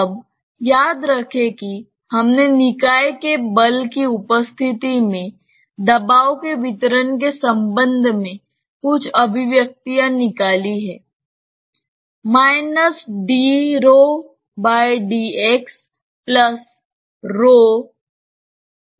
अब याद रखें कि हमने निकाय के बल की उपस्थिति में दबाव के वितरण के संबंध में कुछ अभिव्यक्तिया निकाली हैं